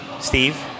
Steve